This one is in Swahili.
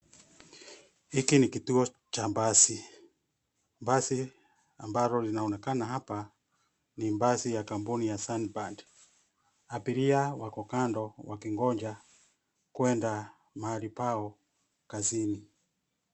Hiki ni kituo cha basi. Basi ambalo linaonekana hapa, ni basi ya kampuni ya Sunbird . Abiria wako kando wakingoja kuenda mahali pao kazini.